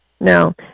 No